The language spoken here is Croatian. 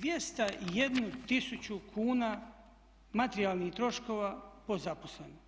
201 tisuću kuna materijalnih troškova po zaposlenom.